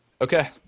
okay